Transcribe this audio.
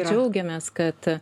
džiaugiamės kad